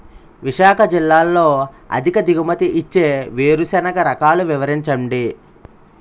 విశాఖ జిల్లాలో అధిక దిగుమతి ఇచ్చే వేరుసెనగ రకాలు వివరించండి?